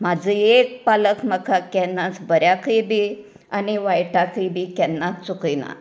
म्हाजो एक पालक म्हाका केन्नाच बऱ्यांकय बी आनी वायटांकय बी केन्नाच चुकयनां